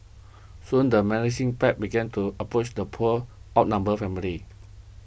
soon the menacing pack began to approach the poor outnumbered family